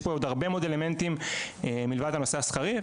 יש פה עוד הרבה מאוד אלמנטים מלבד הנושא השכרי.